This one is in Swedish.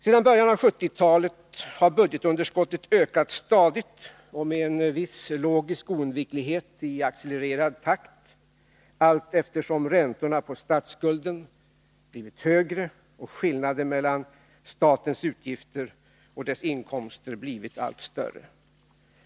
Sedan början av 1970-talet har budgetunderskottet ökat stadigt och med en viss logisk oundviklighet i accelererad takt, allteftersom räntorna på statsskulden blivit allt högre och skillnaden mellan statens utgifter och dess inkomster blivit allt större.